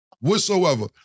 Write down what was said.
whatsoever